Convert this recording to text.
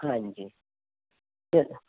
ਹਾਂਜੀ ਚਲੋ